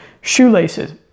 shoelaces